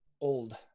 old